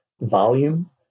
volume